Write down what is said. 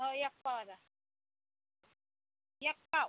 हो एक पाव द्या एक पाव